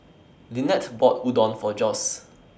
Linette bought Udon For Josue